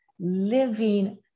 Living